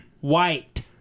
White